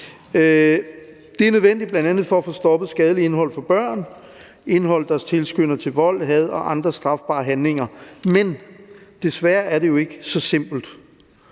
Det er nødvendigt bl.a. for at få stoppet skadeligt indhold for børn og indhold, der tilskynder til had, vold og andre strafbare handlinger. Men det er desværre ikke så simpelt,